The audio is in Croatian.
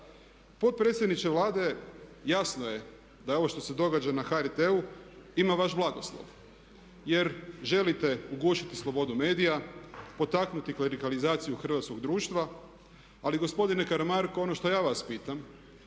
Potpredsjedniče Vlade jasno je da je ovo što se događa na HRT-u ima vaš blagoslov jer želite ugušiti slobodu medija, potaknuti klerikalizaciju hrvatskog društva. Ali gospodine Karamarko ono što ja vas pitam